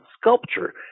sculpture